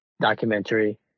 documentary